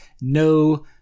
no